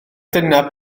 dyna